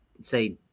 say